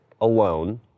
alone